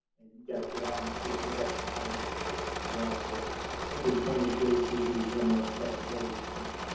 and you gotta get out and and get that thing harvested quickly as well. so hopefully the twenty eight days gives you a little more flexibility. like um